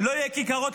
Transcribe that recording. לא יהיו כיכרות,